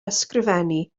ysgrifennu